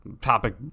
topic